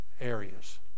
areas